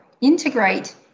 integrate